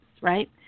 right